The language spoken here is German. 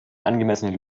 angemessene